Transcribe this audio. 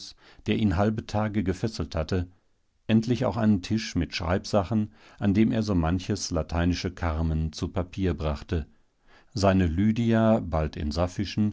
der ihn halbe tage gefesselt hatte endlich auch einen tisch mit schreibsachen an dem er so manches lateinische carmen zu papier brachte seine lydia bald in